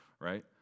right